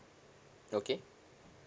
okay